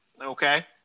okay